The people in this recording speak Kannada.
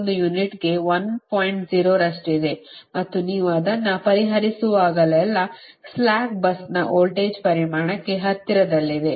0 ರಷ್ಟಿದೆ ಮತ್ತು ನೀವು ಅದನ್ನು ಪರಿಹರಿಸುವಾಗಲೆಲ್ಲಾ ಸ್ಲಾಕ್ busನ ವೋಲ್ಟೇಜ್ ಪರಿಮಾಣಕ್ಕೆ ಹತ್ತಿರದಲ್ಲಿದೆ